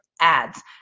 ads